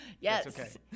Yes